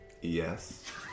Yes